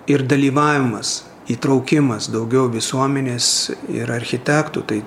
ir dalyvavimas įtraukimas daugiau visuomenės ir architektų tai